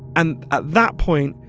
and at that point,